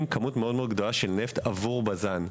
כמות מאוד מאוד גדולה של נפט עבור בז"ן.